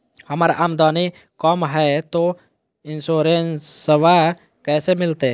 हमर आमदनी कम हय, तो इंसोरेंसबा कैसे मिलते?